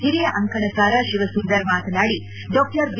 ಹಿರಿಯ ಅಂಕಣಕಾರ ಶಿವಸುಂದರ್ ಮಾತನಾಡಿ ಡಾ ಬಿ